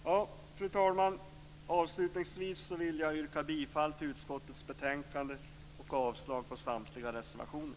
Fru talman! Avslutningsvis vill jag yrka bifall till hemställan i utskottets betänkande och avslag på samtliga reservationer.